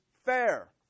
fair